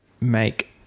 make